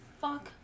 fuck